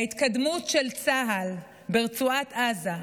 ההתקדמות של צה"ל ברצועת עזה,